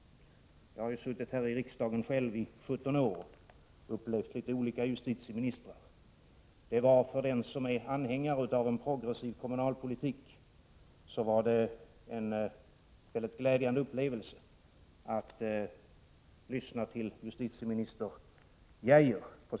2 december 1987 Jag har suttit här i riksdagen i 17 år och upplevt olika justitieministrar. För AG den som är anhängare av en progressiv kriminalpolitik var det på sin tid en mycket glädjande upplevelse att lyssna till justitieminister Geijer.